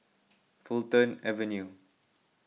Fulton Avenue